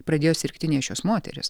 pradėjo sirgti nėščios moterys